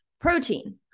protein